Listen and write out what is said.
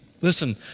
Listen